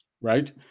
right